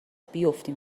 بیفتیم